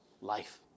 life